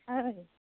ओइ